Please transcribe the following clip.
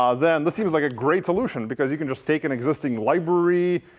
um then this seems like a great solution. because you could just take an existing library,